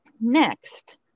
next